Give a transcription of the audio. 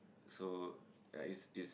so uh it's it's